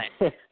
right